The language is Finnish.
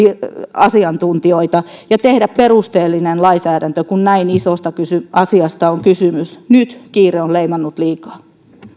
asiantuntijoita ja tehdä perusteellinen lainsäädäntö kun näin isosta asiasta on kysymys nyt kiire on leimannut tätä liikaa